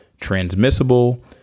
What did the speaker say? transmissible